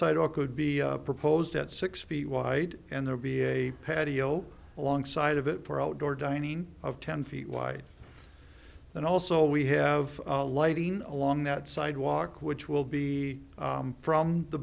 side or could be proposed at six feet wide and there'll be a patio along side of it for outdoor dining of ten feet wide and also we have a lighting along that sidewalk which will be from the